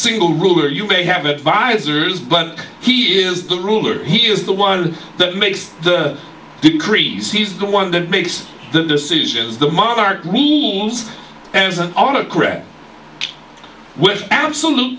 single ruler you may have advisors but he is the ruler he is the one that makes the decrees he's the one that makes the decisions the monarch wolves and is an autocrat with absolute